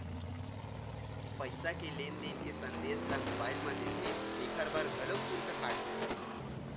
पईसा के लेन देन के संदेस ल मोबईल म देथे तेखर बर घलोक सुल्क काटथे